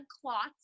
clots